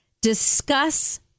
discuss